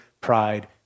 pride